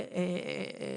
הצעה